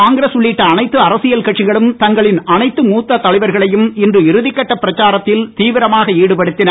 காங்கிரஸ் உள்ளிட்ட அனைத்து அரசியல் கட்சிகளும் தங்களின் அனைத்து மூத்த தலைவர்களையும் இன்று இறுதி கட்ட பிரச்சாரத்தில் தீவரமாக ஈடுபட்டுத்தின